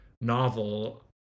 novel